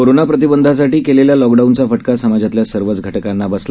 corona प्रतिबंधासाठी केलेल्या लॉकडाऊनचा फटका समाजातल्या सर्वच घटकांना बसला